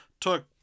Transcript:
took